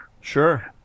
Sure